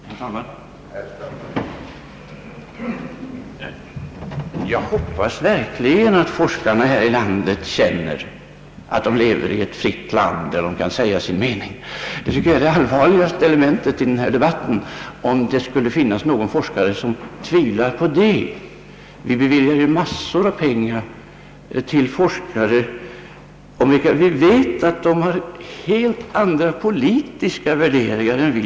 Herr talman! Jag hoppas verkligen att forskarna här i landet känner att de lever i ett fritt samhälle, där de kan säga sin mening. Det allvarligaste elementet i denna debatt vore enligt min mening om någon forskare skulle tvivla på detta. Vi beviljar ju mängder av pengar till forskare, om vilka vi vet att de har helt andra politiska värderingar än vi.